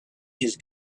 his